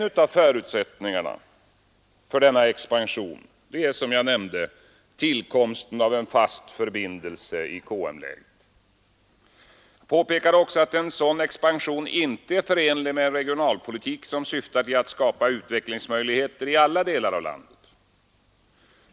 En av förutsättningarna för denna expansion är som jag nämnde tillkomsten av en fast förbindelse i KM-läget. Jag påpekade också att en sådan expansion inte är förenlig med en regionalpolitik som syftar till att skapa utvecklingsmöjligheter i alla delar av landet.